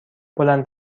بلند